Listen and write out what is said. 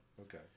Okay